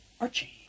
Archie